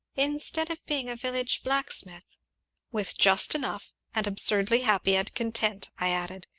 instead of being a village blacksmith with just enough, and absurdly happy and content, i added,